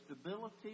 stability